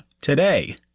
today